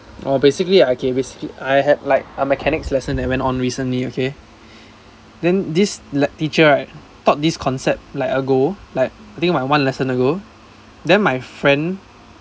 oh basically I okay basically I had like a mechanics lesson that went on recently okay then this le~ teacher right taught this concept like ago like I think like one lesson ago then my friend